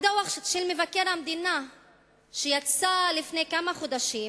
בדוח מבקר המדינה שיצא לפני כמה חודשים